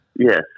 Yes